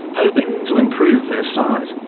hoping to improve their sight.